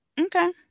Okay